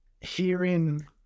herein